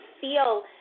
feel